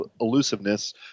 elusiveness